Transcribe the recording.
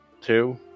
two